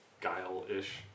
Guile-ish